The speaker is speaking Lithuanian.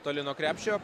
toli nuo krepšio